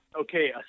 okay